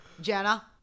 Jenna